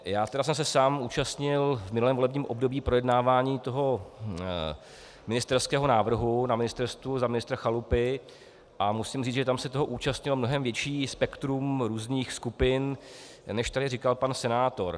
Já jsem se tedy sám zúčastnil v minulém volebním období projednávání ministerského návrhu na ministerstvu za ministra Chalupy a musím říct, že tam se toho zúčastnilo mnohem větší spektrum různých skupin, než tady říkal pan senátor.